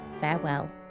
farewell